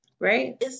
Right